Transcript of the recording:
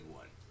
one